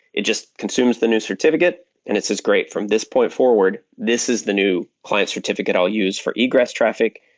it just consumes the new certificate and it's just great. from this point forward, this is the new client certificate i'll use for egress traffic,